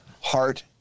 heart